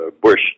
Bush